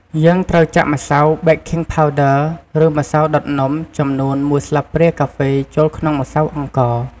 យើងត្រូវចាក់ម្សៅបេកឃីងផាវឌឺ ឬម្សៅដុតនំ ចំនួន ១ស្លាបព្រាកាហ្វេចូលក្នុងម្សៅអង្ករ។